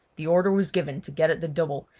the order was given to get at the double,